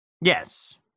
Yes